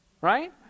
right